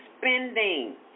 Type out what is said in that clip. spending